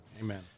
Amen